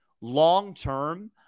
long-term